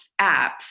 apps